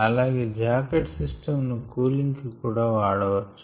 అలాగే jacket system ను cooling కు కూడా వాడవచ్చు